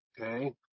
Okay